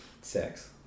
Sex